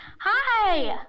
Hi